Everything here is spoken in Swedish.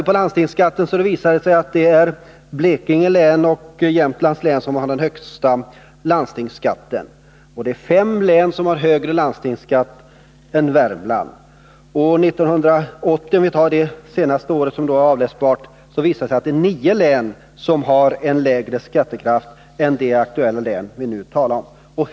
Blekinge län och Jämtlands län har den högsta landstingsskatten, och fem län har högre landstingsskatt än Värmland. 1980, det senaste året som är avläsbart, hade nio län lägre skattekraft än det län som nu är aktuellt.